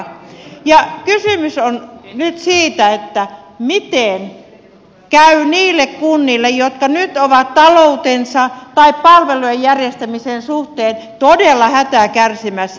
kysymys on nyt siitä miten käy niille kunnille jotka nyt ovat taloutensa tai palvelujen järjestämisen suhteen todella hätää kärsimässä